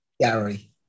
Gary